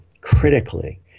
critically